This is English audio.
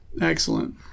Excellent